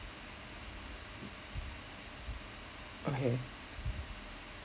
okay